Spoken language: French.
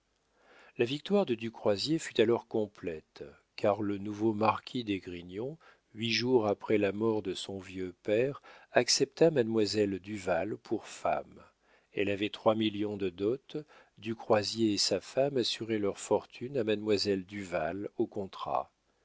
la victoire de du croisier fut alors complète car le nouveau marquis d'esgrignon huit jours après la mort de son vieux père accepta mademoiselle duval pour femme elle avait trois millions de dot du croisier et sa femme assuraient leur fortune à mademoiselle duval au contrat